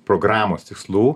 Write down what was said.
programos tikslų